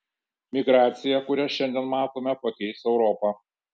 migracija kurią šiandien matome pakeis europą